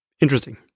Interesting